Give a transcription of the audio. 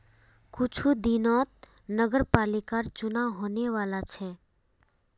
कुछू दिनत नगरपालिकर चुनाव होने वाला छ